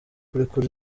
kurekura